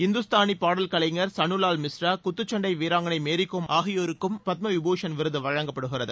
இந்துஸ்தானி பாடல் கலைஞர் சன்னுலால் மிஸ்ரா குத்துச்சண்டை வீராங்கனை மேரி கோம் ஆகியோருக்கும் பத்ம விபூஷண் விருது வழங்கப்படுகிறது